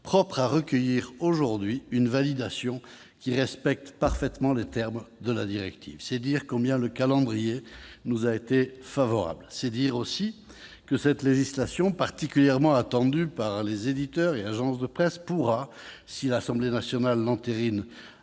propre à recueillir aujourd'hui une validation qui respecte parfaitement les termes de la directive. C'est dire combien le calendrier nous a été favorable. C'est dire aussi que cette législation particulièrement attendue par les éditeurs et agences de presse pourra, si l'Assemblée nationale l'entérine